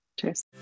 Cheers